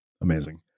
Amazing